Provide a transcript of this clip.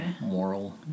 moral